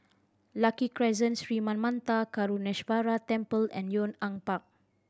Lucky Crescent Sri Manmatha Karuneshvarar Temple and Yong An Park